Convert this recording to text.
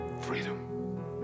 Freedom